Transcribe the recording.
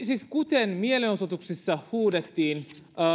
siis kuten mielenosoituksessa huudettiin